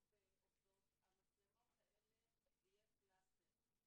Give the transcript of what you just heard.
בעובדות המצלמות האלה תהיינה פלסטר.